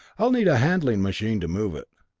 i'll need a handling machine to move it.